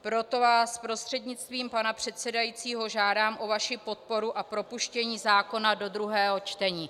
Proto vás prostřednictvím pana předsedajícího žádám o vaši podporu a propuštění zákona do druhého čtení.